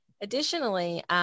Additionally